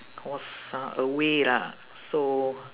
was uh away lah so